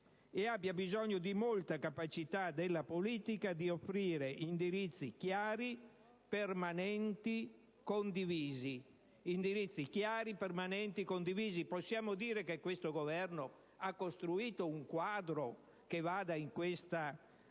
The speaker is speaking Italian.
inoltre bisogno di molta capacità della politica di offrire indirizzi chiari, permanenti e condivisi. Possiamo dire che questo Governo abbia costruito un quadro che vada in questa